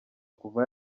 kuva